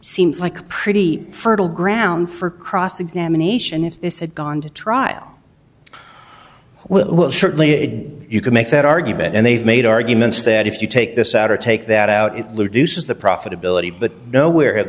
seems like a pretty fertile ground for cross examination if this had gone to trial well certainly a you could make that argument and they've made arguments that if you take this out or take that out it looses the profitability but no where